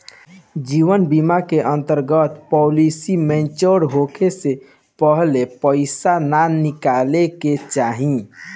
जीवन बीमा के अंतर्गत पॉलिसी मैच्योर होखे से पहिले पईसा ना निकाले के चाही